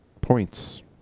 points